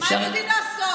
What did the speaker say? מה הם יודעים לעשות.